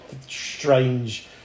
strange